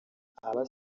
aba